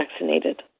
vaccinated